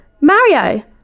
Mario